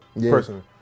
personally